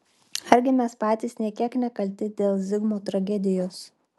argi mes patys nė kiek nekalti dėl zigmo tragedijos